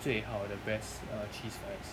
最好 the best uh cheese fries